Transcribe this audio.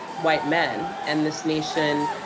white men. and this nation,